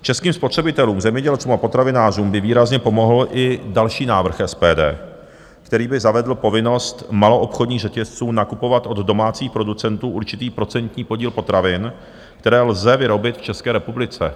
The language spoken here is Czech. Českým spotřebitelům, zemědělcům a potravinářům by výrazně pomohl i další návrh SPD, který by zavedl povinnost maloobchodních řetězců nakupovat od domácích producentů určitý procentní podíl potravin, které lze vyrobit v České republice.